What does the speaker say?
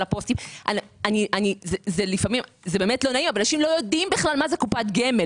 הפוסטים אנשים לא יודעים מה זה קופת גמל,